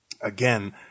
again